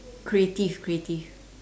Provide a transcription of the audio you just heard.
creative creative